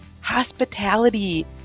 hospitality